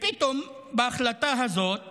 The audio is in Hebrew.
פתאום בהחלטה הזאת